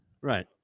Right